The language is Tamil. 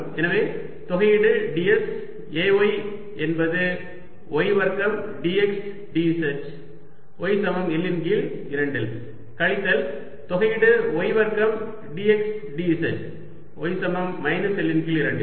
எனவே தொகையீடு ds Ay என்பது y வர்க்கம் dx dz y சமம் L இன் கீழ் 2 இல் கழித்தல் தொகையீடு y வர்க்கம் dx dz y சமம் மைனஸ் L இன் கீழ் 2 இல்